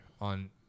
On